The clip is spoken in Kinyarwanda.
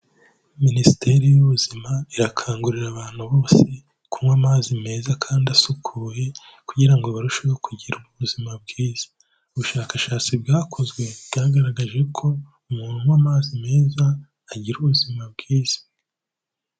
Minisiteri y'ubuzima irakangurira abantu bose kunywa amazi meza kandi asukuye kugira ngo barusheho kugira ubuzima bwiza. Ubushakashatsi bwakozwe bwagaragaje ko umuntu unywa amazi meza agira ubuzima bwiza.